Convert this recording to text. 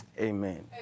Amen